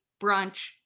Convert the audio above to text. brunch